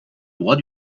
droit